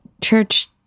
church